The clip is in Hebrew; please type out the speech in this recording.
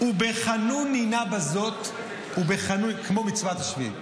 "ובחנוני נא בזאת" כמו מצוות השביעית,